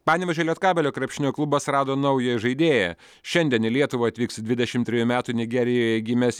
panevėžio lietkabelio krepšinio klubas rado naują žaidėją šiandien į lietuvą atvyks dvidešimt trejų metų nigerijoje gimęs